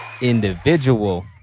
individual